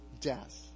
death